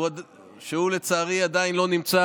שהוא לצערי עדיין לא נמצא,